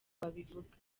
babivuga